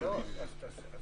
בעניין.